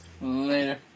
Later